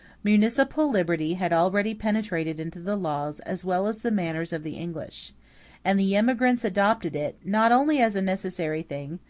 municipal liberty had already penetrated into the laws as well as the manners of the english and the emigrants adopted it, not only as a necessary thing,